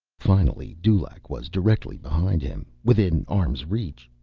finally dulaq was directly behind him, within arm's reach.